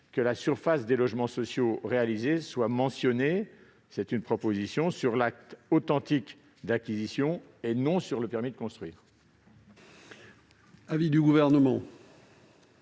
que la surface de logements sociaux réalisés soit mentionnée sur l'acte authentique d'acquisition et non sur le permis de construire.